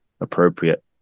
appropriate